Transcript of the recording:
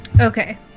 okay